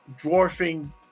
dwarfing